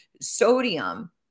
sodium